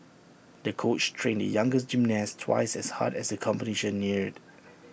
the coach trained the young gymnast twice as hard as the competition neared